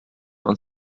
und